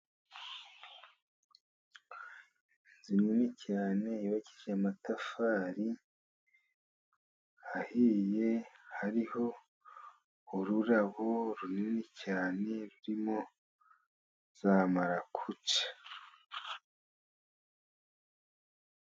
Inzu nini cyane yubakishije amatafari ahiye hariho ururabo runini cyane rurimo za marakuja.